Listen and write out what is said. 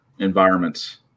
environments